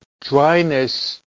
dryness